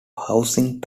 housing